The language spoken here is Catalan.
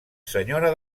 senyora